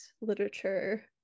literature